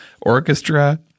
orchestra